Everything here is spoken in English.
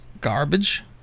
Garbage